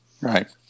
Right